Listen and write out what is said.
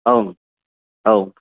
औ औ